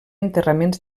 enterraments